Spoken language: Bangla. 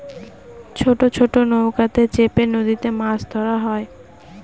ছোট ছোট নৌকাতে চেপে নদীতে মাছ ধরা হয়